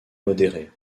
modéré